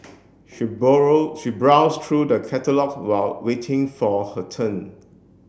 she borrow she browsed through the catalogue while waiting for her turn